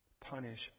punish